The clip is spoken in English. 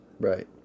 Right